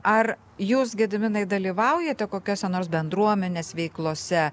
ar jūs gediminai dalyvaujate kokiose nors bendruomenės veiklose